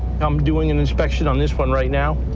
i'm doing an inspection on this one right now.